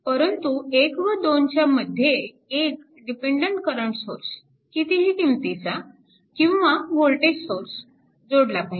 परंतु 1 व 2 च्या मध्ये एक डिपेन्डन्ट करंट सोर्स कितीही किंमतीचा किंवा वोल्टेज सोर्स जोडला पाहिजे